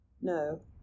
No